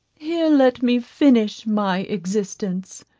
here let me finish my existence.